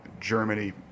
germany